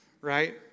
right